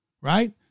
right